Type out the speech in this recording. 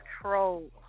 troll